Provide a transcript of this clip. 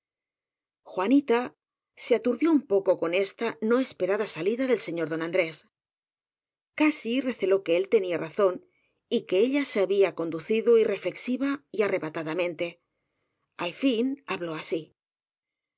juanita se aturdió un poco con esta no esperada salida del señor don andrés casi receló que él tenía razón y que ella se había conducido irreflexiva y arrebatadamente al fin habló así